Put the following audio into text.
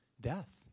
Death